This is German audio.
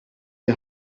die